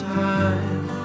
time